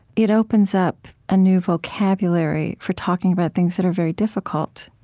it opens up a new vocabulary for talking about things that are very difficult